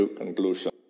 conclusion